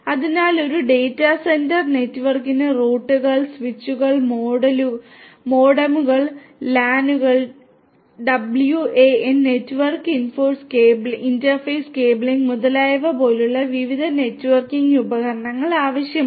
അതിനാൽ ഒരു data centre നെറ്റ്വർക്കിന് റൂട്ടറുകൾ സ്വിച്ചുകൾ മോഡമുകൾ മുതലായവ പോലുള്ള വിവിധ നെറ്റ്വർക്കിംഗ് ഉപകരണങ്ങൾ ആവശ്യമാണ്